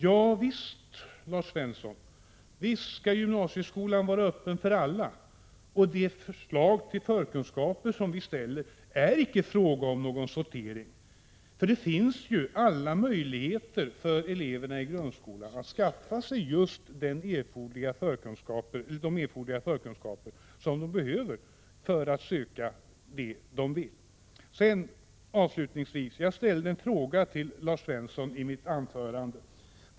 Ja visst, Lars Svensson, visst skall gymnasieskolan vara öppen för alla, och beträffande det förslag till förkunskaper som vi lägger fram är det icke fråga om någon sortering. Det finns alla möjligheter för eleverna i grundskolan att skaffa sig just de kunskaper som de behöver för att söka den utbildning de vill ha. Avslutningsvis: Jag ställde en fråga till Lars Svensson i mitt anförande.